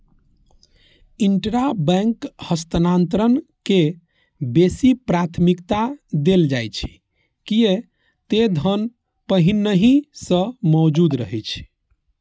intrabank हस्तांतरण के बेसी प्राथमिकता देल जाइ छै, कियै ते धन पहिनहि सं मौजूद रहै छै